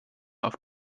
auf